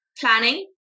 planning